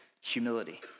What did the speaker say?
humility